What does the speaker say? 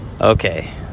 Okay